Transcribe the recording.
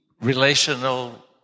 relational